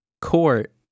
court